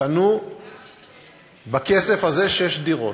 קנו בכסף הזה שש דירות.